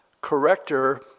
corrector